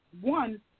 one